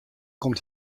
komt